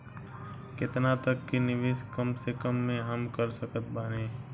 केतना तक के निवेश कम से कम मे हम कर सकत बानी?